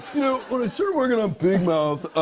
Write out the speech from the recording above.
know, when i started working on big mouth,